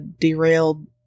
derailed